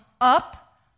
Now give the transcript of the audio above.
up